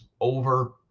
over